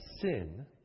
sin